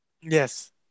Yes